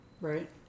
Right